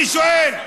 אני שואל,